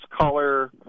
color